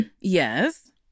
Yes